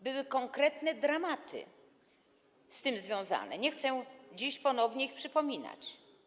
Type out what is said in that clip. Były konkretne dramaty z tym związane, nie chcę dziś ponownie ich przypominać.